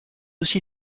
aussi